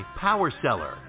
PowerSeller